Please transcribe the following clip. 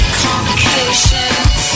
complications